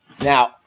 Now